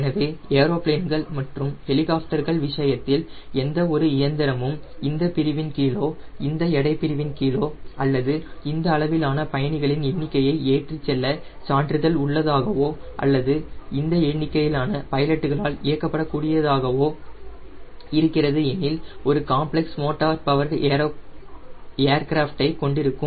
எனவே ஏரோபிளேன்கள் மற்றும் ஹெலிகாப்டர்கள் விஷயத்தில் எந்தவொரு இயந்திரமும் இந்த பிரிவின் கீழோ இந்த எடை பிரிவின் கீழோ அல்லது இந்த அளவிலான பயணிகளின் எண்ணிக்கையை ஏற்றிச்செல்ல சான்றிதழ் உள்ளதாகவோ அல்லது இந்த எண்ணிக்கையிலான பைலட்டுகளால் இயக்கப்பட வேண்டியதாகவோ எனில் இது ஒரு காம்ப்ளக்ஸ் மோட்டார் பவர்டு ஏர்கிராஃப்ட் ஐ கொண்டிருக்கும்